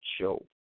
Show